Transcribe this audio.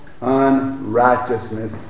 unrighteousness